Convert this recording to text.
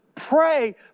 Pray